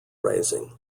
raising